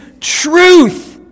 Truth